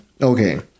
Okay